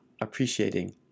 appreciating